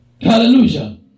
Hallelujah